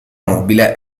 mobile